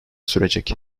sürecek